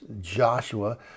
Joshua